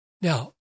Now